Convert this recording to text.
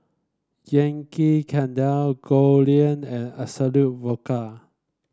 Yankee Candle Goldlion and Absolut Vodka